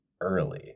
early